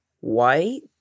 white